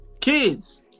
kids